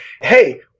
Hey